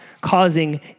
causing